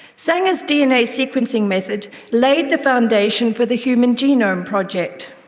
sanger's dna sequencing method laid the foundation for the human genome project,